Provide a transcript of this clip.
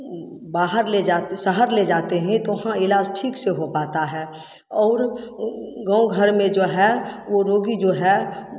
बाहर ले जाते शहर ले जाते हें तो वहाँ इलाज ठीक से हो पाता है और गाँव घर में जो है वो रोगी जो है